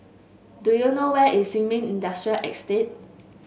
do you know where is Sin Ming Industrial Estate